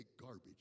garbage